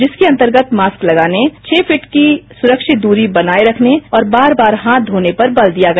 इसके अन्तर्गत मास्क लगाने छह फुट की सुरक्षित दूरी बनाये रखने और बार हाथ धोने पर बल दिया गया